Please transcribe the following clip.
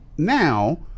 Now